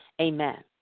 Amen